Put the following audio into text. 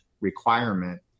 requirement